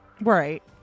Right